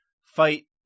fight